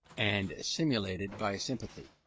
and stimulated by sympathy,